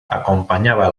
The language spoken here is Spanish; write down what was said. acompañaba